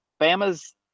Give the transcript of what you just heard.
Bama's